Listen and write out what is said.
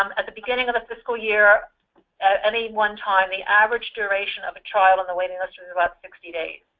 um at the beginning of the fiscal year at any one time the average duration of a child on the waitlist was about sixty days.